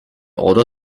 order